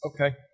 Okay